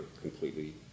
completely